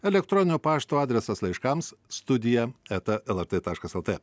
elektroninio pašto adresas laiškams studija eta lrt taškas lt